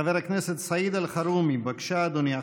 חבר הכנסת סעיד אלחרומי, בבקשה, אדוני.